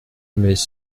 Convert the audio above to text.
mais